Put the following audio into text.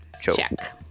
check